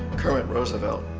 kermit roosevelt,